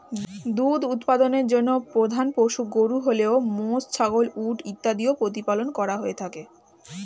দুধ উৎপাদনের জন্য প্রধান পশু গরু হলেও মোষ, ছাগল, উট ইত্যাদিও প্রতিপালন করা হয়ে থাকে